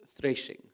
threshing